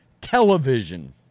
television